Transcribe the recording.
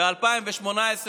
ב-2018,